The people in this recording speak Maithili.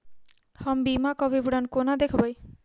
हम बीमाक विवरण कोना देखबै?